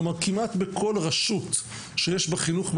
כלומר כמעט בכל רשות שיש בה חינוך ממלכתי,